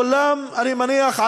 אני מניח,